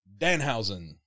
Danhausen